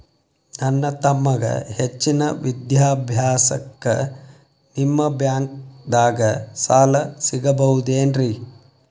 ನನ್ನ ತಮ್ಮಗ ಹೆಚ್ಚಿನ ವಿದ್ಯಾಭ್ಯಾಸಕ್ಕ ನಿಮ್ಮ ಬ್ಯಾಂಕ್ ದಾಗ ಸಾಲ ಸಿಗಬಹುದೇನ್ರಿ?